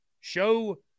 Show